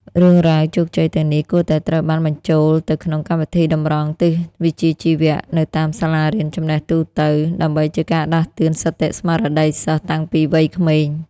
រឿងរ៉ាវជោគជ័យទាំងនេះគួរតែត្រូវបានបញ្ចូលទៅក្នុងកម្មវិធីតម្រង់ទិសវិជ្ជាជីវៈនៅតាមសាលារៀនចំណេះទូទៅ ដើម្បីជាការដាស់តឿនសតិស្មារតីសិស្សតាំងពីវ័យក្មេង។